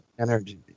energy